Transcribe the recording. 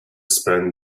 spend